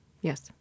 Yes